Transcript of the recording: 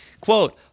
Quote